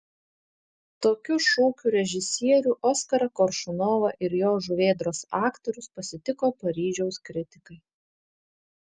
tokiu šūkiu režisierių oskarą koršunovą ir jo žuvėdros aktorius pasitiko paryžiaus kritikai